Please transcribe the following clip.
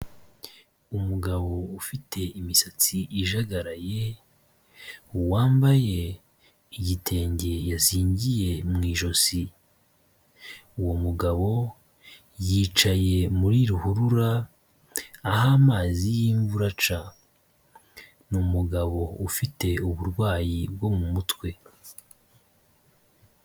Umugabo ufite imisatsi ijagaraye, wambaye igitenge yazingiye mu ijosi, uwo mugabo yicaye muri ruhurura, aho amazi y'imvura aca, ni umugabo ufite uburwayi bwo mu mutwe.